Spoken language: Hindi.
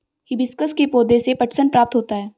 हिबिस्कस के पौधे से पटसन प्राप्त होता है